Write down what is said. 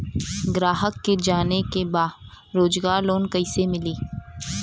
ग्राहक के जाने के बा रोजगार लोन कईसे मिली?